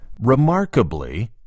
Remarkably